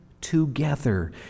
together